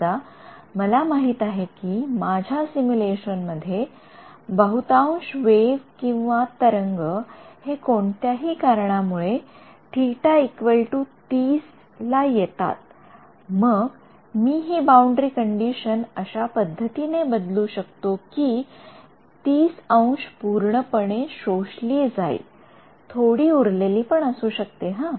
समजा मला माहित आहे कि माझ्या सिम्युलेशन मध्ये बहुतांश तरंगवेव्ह हे कोणत्या हि कारणामुळे Ө ३० येतात मग मी हि बाउंडरी कंडिशन अशा पद्धतीने बदलू शकतो कि ३०0 पूर्णपणे शोषली जाईल थोडी उरलेली पण असू शकते हा